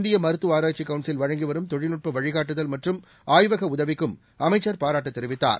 இந்தியமருத்துவஆராய்ச்சிக் council வழங்கிவரும் தொழில்நுட்பவழிகாட்டுதல் மற்றும் ஆய்வகஉதவிக்கும் அமைச்சர் பாராட்டுதெரிவித்தார்